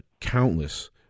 countless